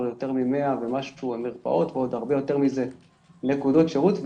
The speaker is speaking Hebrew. ממאה מרפאות ועוד הרבה יותר מזה נקודות שירות,